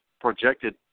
projected